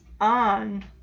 on